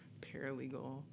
paralegal